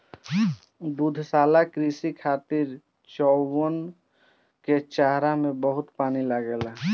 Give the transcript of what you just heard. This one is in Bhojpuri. दुग्धशाला कृषि खातिर चउवन के चारा में बहुते पानी लागेला